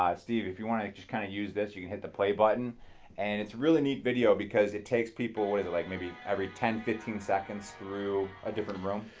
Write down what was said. um steve, if you want to just kind of use this you can hit the play button and its really neat video because it takes people. what is it like maybe every ten, fifteen seconds through a different room?